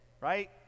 right